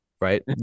right